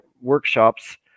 workshops